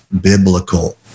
biblical